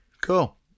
Cool